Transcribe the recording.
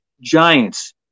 giants